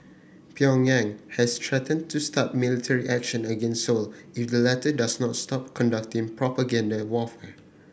Pyongyang has threatened to start military action against Seoul if the latter does not stop conducting propaganda warfare